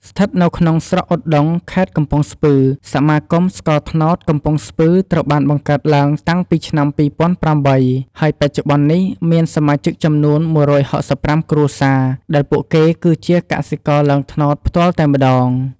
ស្ថិតនៅក្នុងស្រុកឧត្តុង ខេត្តកំពង់ស្ពឺ សមាគមស្ករត្នោតកំពង់ស្ពឺត្រូវបានបង្កើតឡើងតាំងពីឆ្នាំ២០០៨ ហើយបច្ចុប្បន្ននេះមាន សមាជិកចំនួន ១៦៥ គ្រួសារ ដែលពួកគេគឺជាកសិករឡើងត្នោតផ្ទាល់តែម្ដង។